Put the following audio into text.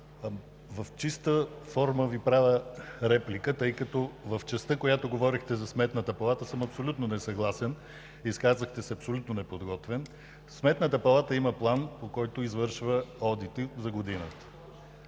в чиста форма Ви правя реплика, тъй като с частта, в която говорихте за Сметната палата, съм абсолютно несъгласен. Изказахте се абсолютно неподготвен. Сметната палата има план, по който извършва одити за годината.